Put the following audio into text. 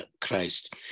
Christ